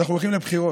אנחנו הולכים לבחירות,